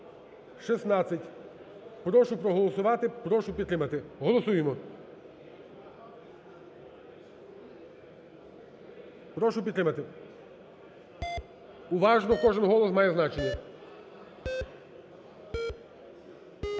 5616. Прошу проголосувати, прошу підтримати. Голосуємо. Прошу підтримати. Уважно, кожен голос має значення.